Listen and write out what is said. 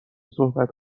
صحبت